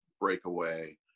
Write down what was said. breakaway